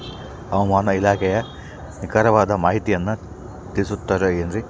ಹವಮಾನ ಇಲಾಖೆಯ ನಿಖರವಾದ ಮಾಹಿತಿಯನ್ನ ತಿಳಿಸುತ್ತದೆ ಎನ್ರಿ?